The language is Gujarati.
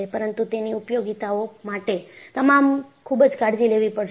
પરંતુ તેની ઉપયોગિતાઓ માટે તમારે ખૂબ કાળજી લેવી પડશે